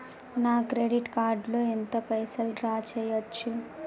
నా credit card లో ఎంత పైసల్ డ్రా చేయచ్చు?